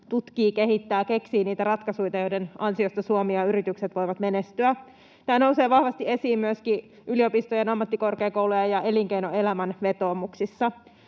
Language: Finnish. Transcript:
tutkivat, kehittävät, keksivät niitä ratkaisuja, joiden ansiosta Suomi ja yritykset voivat menestyä. Tämä nousee vahvasti esiin myöskin yliopistojen, ammattikorkeakoulujen ja elinkeinoelämän vetoomuksissa.